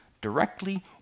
directly